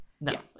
No